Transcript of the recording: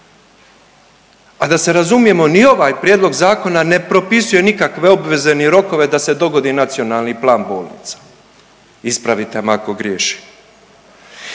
A da se razumijemo ni ovaj prijedlog zakona ne propisuje nikakve obveze ni rokove da se dogodi Nacionalni plan bolnica. Ispravite me ako griješim.